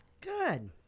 Good